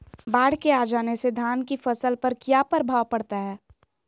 बाढ़ के आ जाने से धान की फसल पर किया प्रभाव पड़ता है?